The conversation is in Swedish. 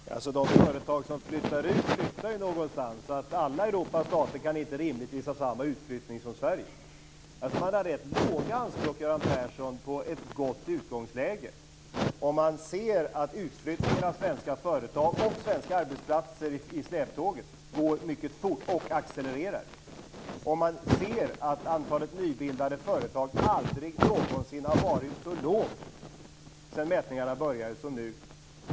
Herr talman! De företag som flyttar ut flyttar ju någonstans, så alla Europas stater kan rimligtvis inte ha samma utflyttning som Sverige. Det är att ha rätt låga anspråk på ett gott utgångsläge, Göran Persson, om man ser att utflyttningen av svenska företag med svenska arbetsplatser i släptåg går mycket fort och accelererar och om man ser att antalet nybildade företag aldrig någonsin har varit så litet sedan mätningarna började sedan nu.